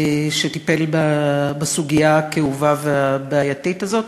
שטיפל בסוגיה הכאובה והבעייתית הזאת.